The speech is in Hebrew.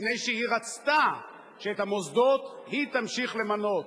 מפני שהיא רצתה שאת המוסדות היא תמשיך למנות.